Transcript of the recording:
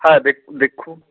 হ্যাঁ দেখু দেখুন